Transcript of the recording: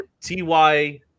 TY